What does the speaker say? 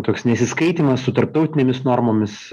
toks nesiskaitymas su tarptautinėmis normomis